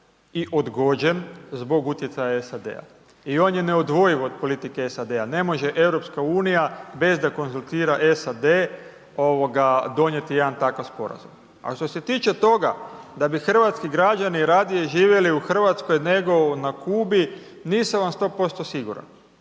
i odgođen zbog utjecaja SAD-a i on je neodvojiv od politike SAD-a, ne može EU bez da konzultira SAD donijeti jedan takav sporazum. A što se tiče toga da bi hrvatski građani radije živjeli u RH nego na Kubi, nisam vam 100% siguran,